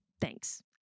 thanks